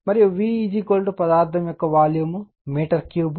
మరియు V పదార్థం యొక్క వాల్యూమ్ మీటర్ 3